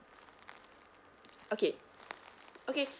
okay okay